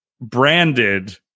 branded